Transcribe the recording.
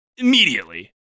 Immediately